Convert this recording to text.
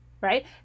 right